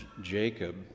Jacob